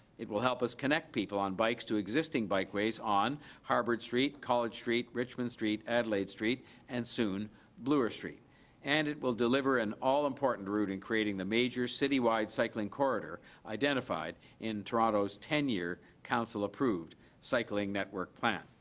it will help us connect people on bikes to existing bike ways on harvard street. college street. richmond street, adelaide street and soon bloor street and it will deliver an all-important route in creating the major citywide cycling corridor identified in toronto's ten year, council approved cycling network plan.